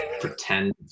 pretend